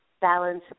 balance